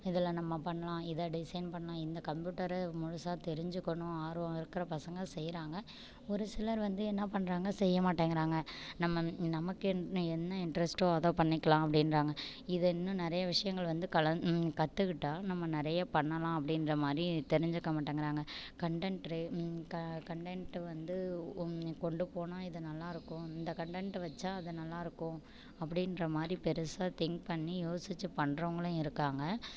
இதில் நம்ம பண்ணலாம் இதை டிசைன் பண்ணால் இந்த கம்ப்யூட்டரை முழுசாக தெரிஞ்சுக்கணும் ஆர்வம் இருக்கிற பசங்க செய்யறாங்க ஒரு சிலர் வந்து என்ன பண்ணுறாங்க செய்ய மாட்டேங்கிறாங்க நம்ம நமக்கென்ன என்ன இன்ட்ரஸ்ட்டோ அதை பண்ணிக்கலாம் அப்படின்றாங்க இதை இன்னும் நிறைய விஷயங்கள் வந்து கலந் கற்றுக்கிட்டா நம்ம நிறைய பண்ணலாம் அப்படின்ற மாதிரி தெரிஞ்சுக்க மாட்டங்கறாங்க கன்டண்ட் ட்ரே க கன்டெண்ட் வந்து ஒன் கொண்டு போனால் இது நல்லாருக்கும் இந்த கன்டெண்ட்டு வச்சால் அது நல்லாருக்கும் அப்படின்ற மாதிரி பெருசாக திங்க் பண்ணி யோசிச்சிப் பண்ணுறவங்களும் இருக்காங்க